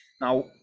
Now